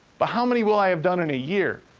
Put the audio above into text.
but how many will i have done in a year?